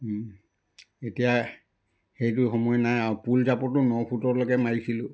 এতিয়া সেইটো সময় নাই আৰু পুল জাপতো ন ফুটলৈকে মাৰিছিলোঁ